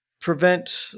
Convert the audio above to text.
prevent